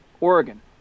Oregon